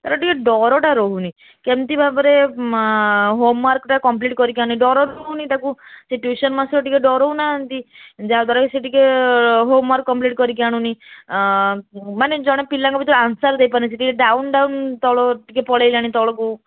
ତାର ଟିକିଏ ଡରଟା ରହୁନି କେମିତି ଭାବରେ ହୋମୱାର୍କଟା କମ୍ପ୍ଲିଟ୍ କରିକି ଆଣୁନି ଡର ରହୁନି ତାକୁ ସେଇ ଟିଉସନ୍ ମାଷ୍ଟର୍ ଟିକେ ଡରଉ ନାହାନ୍ତି ଯାହାଦ୍ୱାରା ସିଏ ଟିକିଏ ହୋମୱାର୍କ କମ୍ପ୍ଲିଟ୍ କରିକି ଆଣୁନି ମାନେ ଜଣେ ପିଲାଙ୍କ ଭିତରୁ ଆନ୍ସର୍ ଦେଇପାରୁନି ସିଏ ଟିକେ ଡାଉନ୍ ଡାଉନ୍ ତଳ ଟିକେ ପଳାଇଲାଣି ତଳକୁ